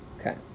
Okay